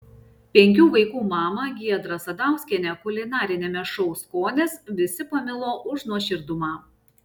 penkių vaikų mamą giedrą sadauskienę kulinariniame šou skonis visi pamilo už nuoširdumą